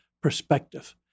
perspective